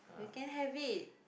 you can have it